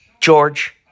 George